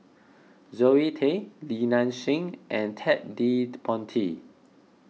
Zoe Tay Li Nanxing and Ted De Ponti